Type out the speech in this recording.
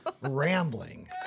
rambling